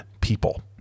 people